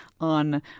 on